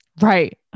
Right